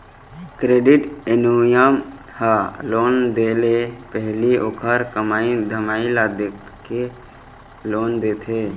credit union ह loan दे ले पहिली ओखर कमई धमई ल देखके लोन देथे